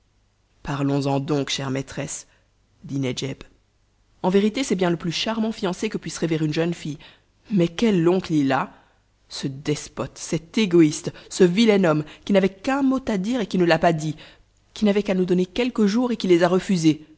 parlons-en donc chère maîtresse dit nedjeb en vérité c'est bien le plus charmant fiancé que puisse rêver une jeune fille mais quel oncle il a ce despote cet égoïste ce vilain homme qui n'avait qu'un mot à dire et qui ne l'a pas dit qui n'avait qu'à nous donner quelques jours et qui les a refusés